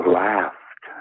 laughed